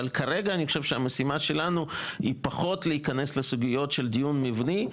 אבל כרגע אני חושב שהמשימה שלנו היא פחות להיכנס לסוגיות של דיון מבני,